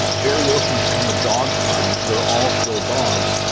variations in the dog kind, they're all still dogs.